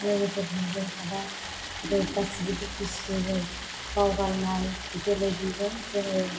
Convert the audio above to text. लोगोफोरजों थाबा गासिबो दुखु सुखुजों बावगारनाय बेफोरबायदिजों जों